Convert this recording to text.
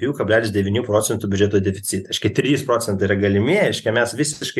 dviejų kablelis devynių procentų biudžeto deficitą škia trys procentai yra galimi reiškia mes visiškai